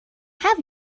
have